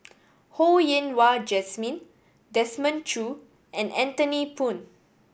Ho Yen Wah Jesmine Desmond Choo and Anthony Poon